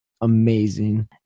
amazing